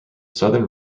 southern